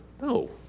No